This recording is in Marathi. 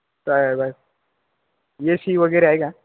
त ब ए सी वगैरे आहे का